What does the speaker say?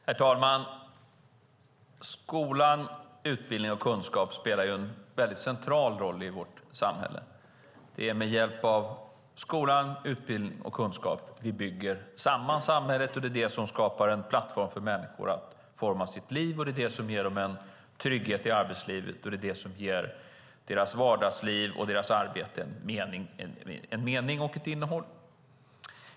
Herr talman! Skola, utbildning och kunskap spelar en central roll i vårt samhälle. Med hjälp av skola, utbildning och kunskap bygger vi samman samhället. Det skapar en plattform på vilken människor kan forma sitt liv och ger dem trygghet i arbetslivet. Det ger deras vardagsliv och arbete mening och innehåll.